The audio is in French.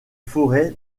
forêts